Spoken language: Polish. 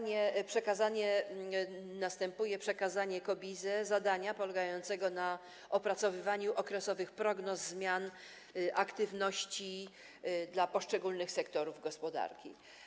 Następuje przekazanie KOBiZE zadania polegającego na opracowywaniu okresowych prognoz zmian aktywności dla poszczególnych sektorów gospodarki.